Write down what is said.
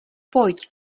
pojď